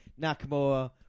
Nakamura